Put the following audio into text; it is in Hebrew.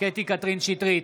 קטי קטרין שטרית,